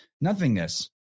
nothingness